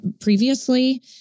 previously